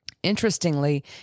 Interestingly